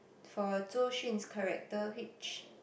for Zhou-Xun's character which